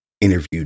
interviewed